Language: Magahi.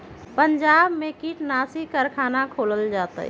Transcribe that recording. पंजाब में कीटनाशी कारखाना खोलल जतई